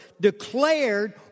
declared